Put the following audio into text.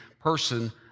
person